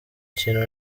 kintu